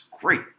great